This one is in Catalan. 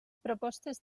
propostes